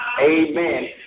Amen